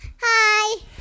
Hi